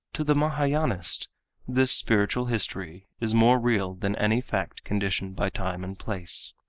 to the mahayanist this spiritual history is more real than any fact conditioned by time and place.